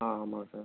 ஆ ஆமாம் சார்